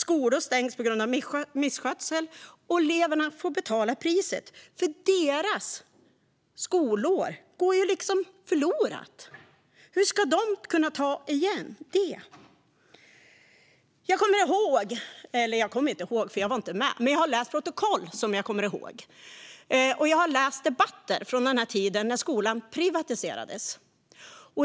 Skolor stängs på grund av misskötsel, och eleverna får betala priset. Deras skolår går nämligen förlorat. Hur ska de kunna ta igen det? Jag var inte med då, men jag har läst protokoll och annat från tiden då skolan privatiserades.